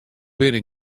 binne